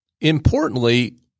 importantly